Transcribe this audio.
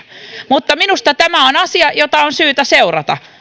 mutta minusta tämä on asia jota on syytä seurata